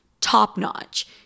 top-notch